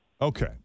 Okay